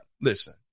listen